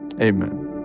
amen